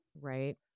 Right